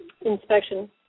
inspection